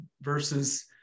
versus